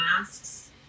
masks